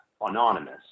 anonymous